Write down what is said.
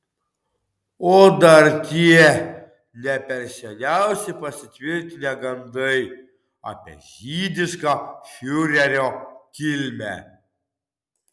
o dar tie ne per seniausiai pasitvirtinę gandai apie žydišką fiurerio kilmę